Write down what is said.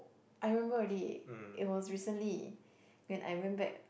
I remember already it was recently when I went back